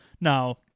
Now